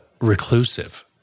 reclusive